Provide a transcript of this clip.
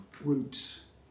roots